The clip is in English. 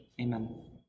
Amen